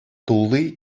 тулли